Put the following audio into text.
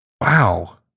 Wow